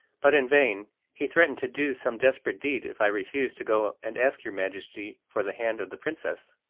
but in vain he threatened to do some desperate deed if i refused to go and ask your majesty for the hand of the princess.